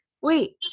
Wait